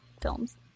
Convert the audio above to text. films